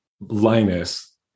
Linus